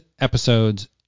episodes